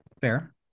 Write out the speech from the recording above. Fair